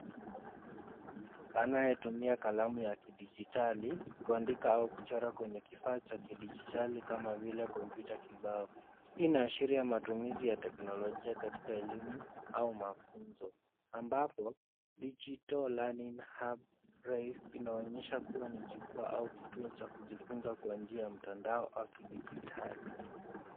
Mtu anayetumia kalamu ya kidijitali kuandika au kuchora kwenye kifaa cha dijitali kama vile kompyuta kibao, hii inaashiria matumiziz ya teknolojia katika elimu au mafunzo ambapo Digital Learning Hub REIFF inaonyesha kuwa ni jukwaa au kituo cha kujifunzo kwa njia ya mtandao au kidijitali.